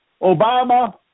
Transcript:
Obama